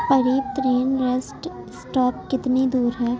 قریب ترین rest stop کتنی دور ہے